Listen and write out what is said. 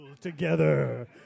together